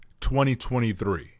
2023